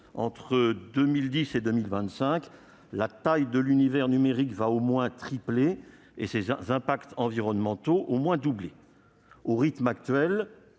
Entre 2010 et 2025, la taille de l'univers numérique va au moins tripler et ses impacts environnementaux vont au moins doubler. « Au rythme actuel,